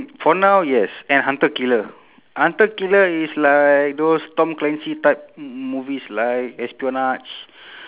for now yes and hunter killer hunter killer is like those tom clancy type m~ movies like espionage